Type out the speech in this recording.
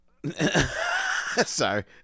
Sorry